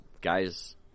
Guys